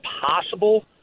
possible